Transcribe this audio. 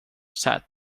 sat